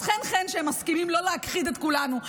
אז חן-חן שהם מסכימים לא להכחיד את כולנו.